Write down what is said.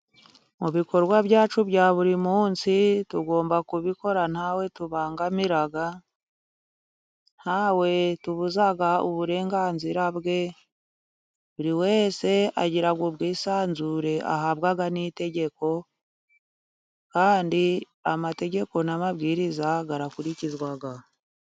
Mu bikorwa byacu bya buri munsi, tugomba kubikora nta we tubangamira, nta we tubuza uburenganzira bwe. Buri wese agira ubwisanzure ahabwa n'itegeko kandi amategeko n'amabwiriza arakurikizwa.